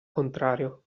contrario